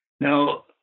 Now